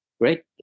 great